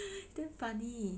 damn funny